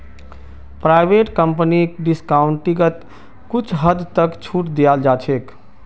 private कम्पनीक डिस्काउंटिंगत कुछ हद तक छूट दीयाल जा छेक